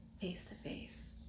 face-to-face